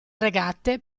regate